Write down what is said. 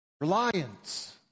reliance